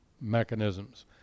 mechanisms